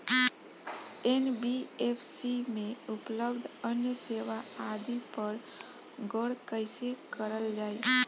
NBFC में उपलब्ध अन्य सेवा आदि पर गौर कइसे करल जाइ?